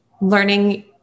learning